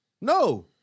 No